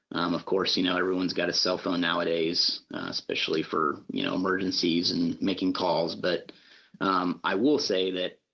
um of course you know everyone has got a cellophane nowadays especially for you know emergencies and making calls and but um i will say that